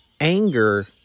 anger